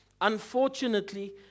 Unfortunately